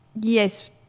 yes